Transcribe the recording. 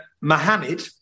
Muhammad